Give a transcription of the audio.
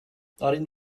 darin